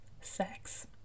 sex